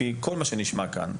לפי כל מה שנשמע כאן,